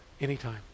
anytime